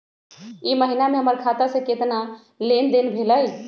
ई महीना में हमर खाता से केतना लेनदेन भेलइ?